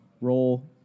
Roll